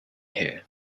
here